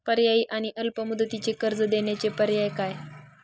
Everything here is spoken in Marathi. पर्यायी आणि अल्प मुदतीचे कर्ज देण्याचे पर्याय काय?